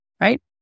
right